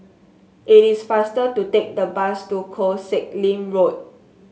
it is faster to take the bus to Koh Sek Lim Road